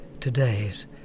today's